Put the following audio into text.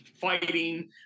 fighting